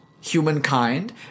humankind